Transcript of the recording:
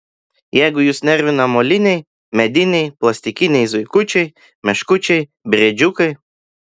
jeigu jus nervina moliniai mediniai plastikiniai zuikučiai meškučiai briedžiukai